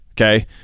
okay